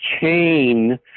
chain